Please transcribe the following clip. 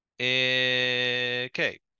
Okay